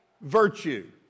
virtue